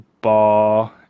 bar